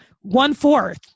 One-fourth